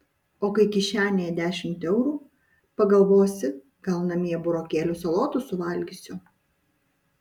o kai kišenėje dešimt eurų pagalvosi gal namie burokėlių salotų suvalgysiu